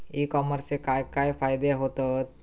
E कॉमर्सचे काय काय फायदे होतत?